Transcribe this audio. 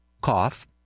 cough